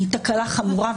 היא תקלה חמורה,